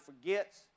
forgets